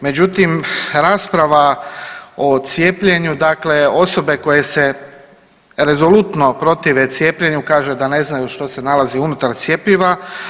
Međutim, rasprava o cijepljenju dakle, osobe koje se rezolutno protive cijepljenju kaže da ne znaju što se nalazi unutar cjepiva.